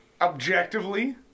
objectively